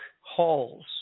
halls